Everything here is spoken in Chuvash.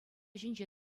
ҫинче